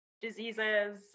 diseases